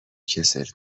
کسل